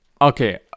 okay